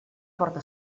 porta